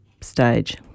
stage